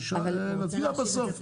ועל השאר נצביע בסוף.